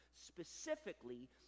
specifically